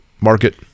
market